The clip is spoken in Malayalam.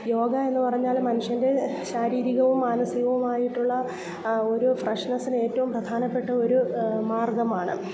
യോഗയെന്ന് പറഞ്ഞാൽ മനുഷ്യൻ്റെ ശാരീരികവും മാനസികവുമായിട്ടുള്ള ഒരു ഫ്രഷ്നെസ്സിന് ഏറ്റവും പ്രധാനപ്പെട്ട ഒരു മാർഗ്ഗമാണ്